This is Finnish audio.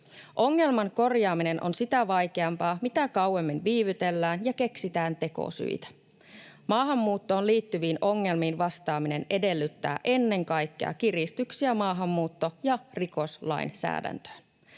Ongelman korjaaminen on sitä vaikeampaa, mitä kauemmin viivytellään ja keksitään tekosyitä. Maahanmuuttoon liittyviin ongelmiin vastaaminen edellyttää ennen kaikkea kiristyksiä maahanmuutto- ja rikoslainsäädäntöön.